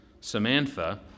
Samantha